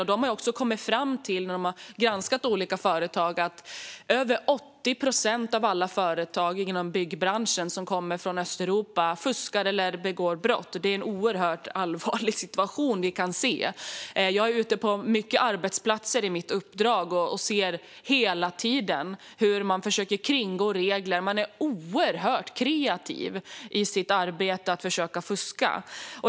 När de granskade olika företag kom de även fram till att över 80 procent av alla företag inom byggbranschen som kommer från Östeuropa fuskar eller begår brott. Det är en oerhört allvarlig situation. I mitt uppdrag är jag ute på många arbetsplatser och ser hela tiden hur man försöker kringgå regler. Man är oerhört kreativ i försöken att fuska.